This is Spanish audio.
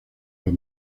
los